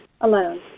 alone